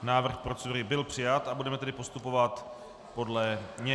Návrh procedury byl přijat, budeme tedy postupovat podle něj.